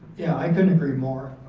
yeah, i couldn't agree more.